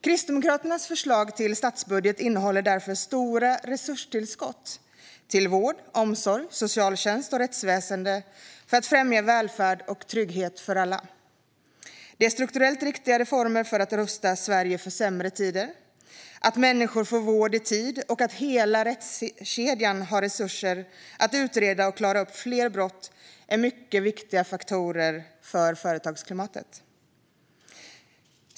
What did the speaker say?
Kristdemokraternas förslag till statsbudget innehåller därför stora resurstillskott till vård, omsorg, socialtjänst och rättsväsen för att främja välfärd och trygghet för alla. Det är strukturellt riktiga reformer för att rusta Sverige för sämre tider. Att människor får vård i tid och att hela rättskedjan har resurser att utreda och klara upp fler brott är mycket viktiga faktorer för företagsklimatet.